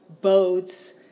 boats